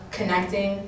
connecting